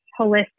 holistic